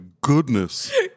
goodness